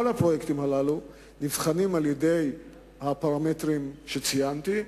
כל הפרויקטים הללו נבחנים על-ידי הפרמטרים שציינתי,